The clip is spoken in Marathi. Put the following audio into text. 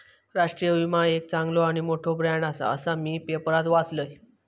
राष्ट्रीय विमा एक चांगलो आणि मोठो ब्रँड आसा, असा मी पेपरात वाचलंय